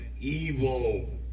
evil